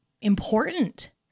important